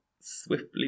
swiftly